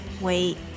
Wait